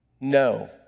No